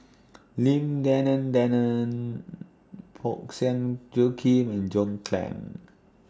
Lim Denan Denon Parsick Joaquim and John Clang